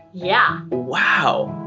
yeah. wow.